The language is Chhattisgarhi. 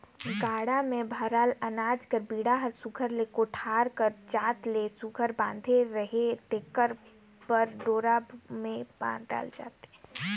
गाड़ा मे भराल अनाज कर बीड़ा हर सुग्घर ले कोठार कर जात ले सुघर बंधाले रहें तेकर बर डोरा मे बाधल जाथे